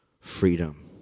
freedom